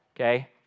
okay